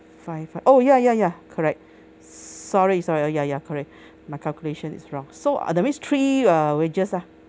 five five oh ya ya ya correct sorry sorry oh ya ya correct my calculation is wrong so uh that means three err wedges lah